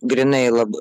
grynai lab